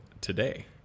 today